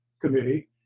Committee